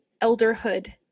elderhood